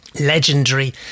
legendary